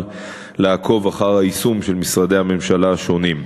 לעקוב אחר היישום של משרדי הממשלה השונים.